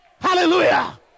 Hallelujah